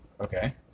Okay